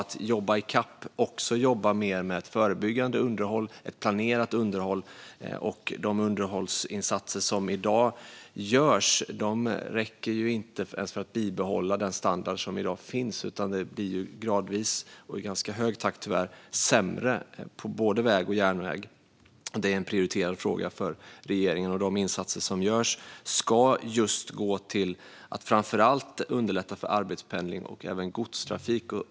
Det är också viktigt att jobba mer med ett förebyggande underhåll - ett planerat underhåll. De underhållsinsatser som i dag görs räcker inte ens för att bibehålla den standard som finns i dag. Det blir gradvis, och tyvärr i ganska hög takt, sämre på både väg och järnväg. Detta är en prioriterad fråga för regeringen. Och de insatser som görs ska göras för att framför allt underlätta för arbetspendling och godstrafik.